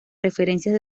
referencias